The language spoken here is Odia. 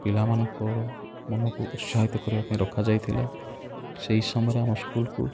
ପିଲାମାନଙ୍କର ମନକୁ ଉତ୍ସାହିତ କରିବା ପାଇଁ ରଖା ଯାଇଥିଲା ସେଇ ସମୟରେ ଆମ ସ୍କୁଲ୍କୁ